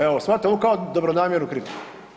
Evo shvatite ovo kao dobronamjernu kritiku.